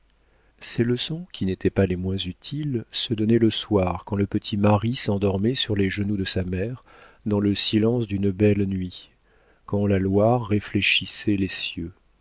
ces leçons qui n'étaient pas les moins utiles se donnaient le soir quand le petit marie s'endormait sur les genoux de sa mère dans le silence d'une belle nuit quand la loire réfléchissait les cieux